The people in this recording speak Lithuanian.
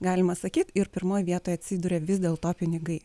galima sakyt ir pirmoj vietoj atsiduria vis dėl to pinigai